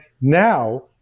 now